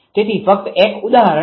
તેથી ફક્ત એક ઉદાહરણ લો